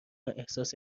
احساس